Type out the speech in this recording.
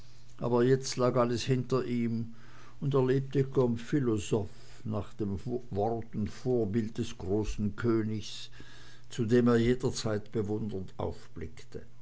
aber jetzt lag alles hinter ihm und er lebte comme philosophe nach dem wort und vorbild des großen königs zu dem er jederzeit bewundernd aufblickte